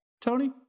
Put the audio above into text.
Tony